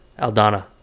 Aldana